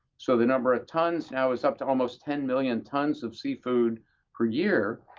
so the number of tons now is up to almost ten million tons of seafood per year,